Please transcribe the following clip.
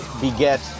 beget